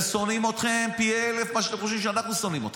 הם שונאים אתכם פי אלף ממה שאתם חושבים שאנחנו שונאים אתכם.